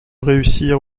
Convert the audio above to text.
réussir